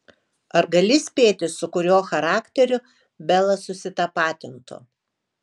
ar gali spėti su kuriuo charakteriu bela susitapatintų